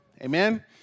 Amen